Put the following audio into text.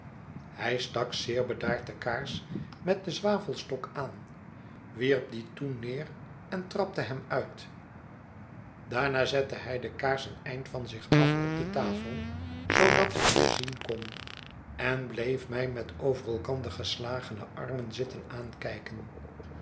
hij stak zeer bedaard de kaars met den zwavelstok aan wierp dien toen neer en trapte hem uit daarna zette hij de kaars een eind van zich af op de tafel zoodat hij mij zien kon en bleef mij met over elkander geslagene armen zitten aankijken